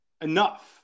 enough